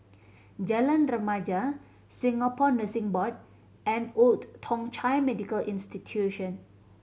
Jalan Remaja Singapore Nursing Board and Old Thong Chai Medical Institution